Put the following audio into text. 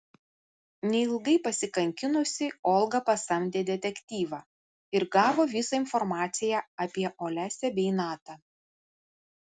neilgai pasikankinusi olga pasamdė detektyvą ir gavo visą informaciją apie olesią bei natą